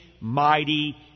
mighty